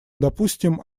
допустим